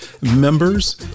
members